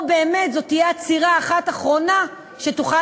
או שבאמת זו תהיה עצירה אחת אחרונה שתוכל